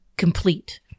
complete